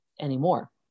anymore